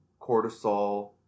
cortisol